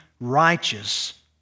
righteous